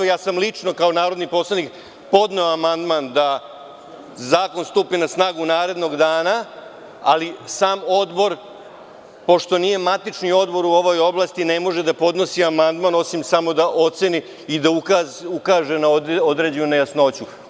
Ja sam lično kao narodni poslanik podneo amandman da zakon stupi na snagu narednog dana, ali sam Odbor, pošto nije matični odbor u ovoj oblasti, ne može da podnosi amandman, osim samo da oceni i da ukaže na određenu nejasnoću.